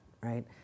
right